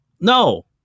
No